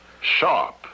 Sharp